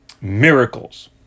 miracles